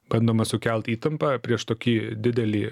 bandoma sukelt įtampą prieš tokį didelį